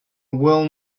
well